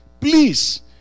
please